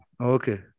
Okay